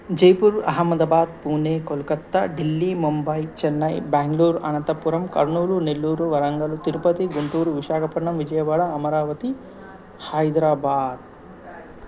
Jaipur Ahmedabad Pune Kolkata Delhi Mumbai Chennai Bengaluru Anantapuram Kurnool Nellore Warangal Tirupati Guntur Visakhapatnam Vijayawada Amaravati Hyderabad